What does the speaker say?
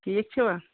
ٹھیٖک چھُوا